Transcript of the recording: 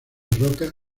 rocas